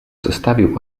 zostawił